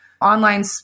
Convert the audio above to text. online